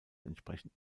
entsprechend